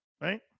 right